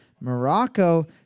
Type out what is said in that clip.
Morocco